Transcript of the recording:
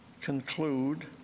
conclude